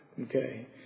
Okay